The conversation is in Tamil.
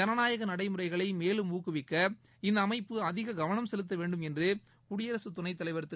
ஜனநாயக நடைமுறைகளை மேலும் ஊக்குவிக்க இந்த அமைப்பு அதிக கவனம் செலுத்த வேண்டும் என்று குடியரசுத் துணைத் தலைவர் திரு